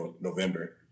November